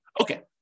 Okay